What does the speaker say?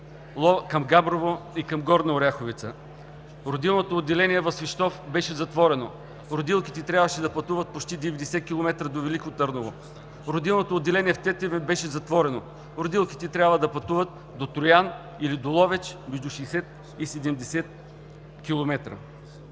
към Габрово и към Горна Оряховица. Родилното отделение в Свищов беше затворено. Родилките трябваше да пътуват почти 90 км до Велико Търново. Родилното отделение в Тетевен беше затворено. Родилките трябва да пътуват до Троян или до Ловеч между 60 и 70 км.